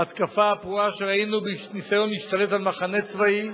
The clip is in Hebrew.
ההתקפה הפרועה שראינו בניסיון להשתלט על מחנה צבאי,